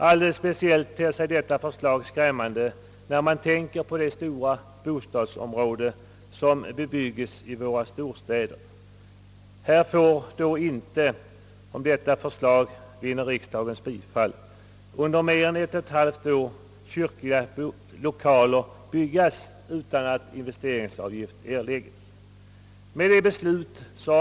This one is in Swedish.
Alldeles speciellt skrämmande ter sig detta förslag när man tänker på de stora bostadsområden som bebyggs omkring våra storstäder. Där får inte, om detta förslag vinner riksdagens bifall, några kyrkliga lokaler byggas förrän om drygt ett och ett halvt år, såvida inte investeringsavgift skall behöva erläggas för dessa.